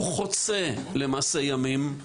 הוא חוצה למעשה ימים,